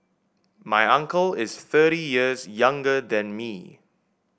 my uncle is thirty years younger than me